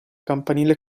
campanile